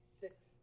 Six